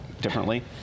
differently